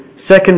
Second